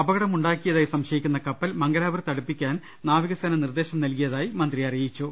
അപകടമുണ്ടാക്കിയതായി സംശയിക്കുന്ന കപ്പൽ മംഗലാപു രത്ത് അടുപ്പിക്കാൻ നാവികസേന നിർദേശം നൽകിയതായി മന്ത്രി അറിയിച്ചു